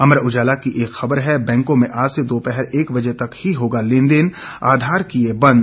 अमर उजाला की एक खबर है बैंकों में आज से दोपहर एक बजे तक ही होगा लेनदेन आधार केंद्र किए बंद